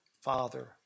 father